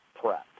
prep